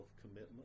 commitment